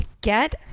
get